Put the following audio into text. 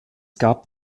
gab